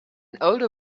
older